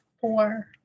Four